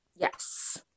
Yes